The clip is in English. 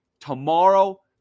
tomorrow